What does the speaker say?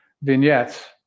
vignettes